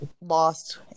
lost